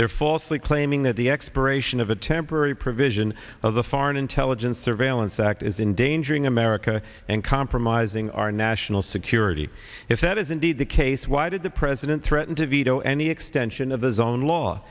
their falsely claiming that the expiration of a temporary provision of the foreign intelligence surveillance act is in danger in america and compromising our national security if that is indeed the case why did the president threaten to veto any extension of his own law